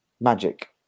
magic